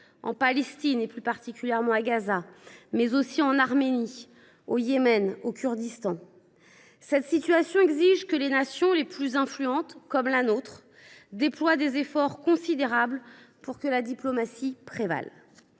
en Palestine – plus particulièrement à Gaza –, mais aussi en Arménie, au Yémen ou au Kurdistan. Cette situation exige que les nations les plus influentes, comme la nôtre, déploient des efforts considérables pour que la diplomatie prévale.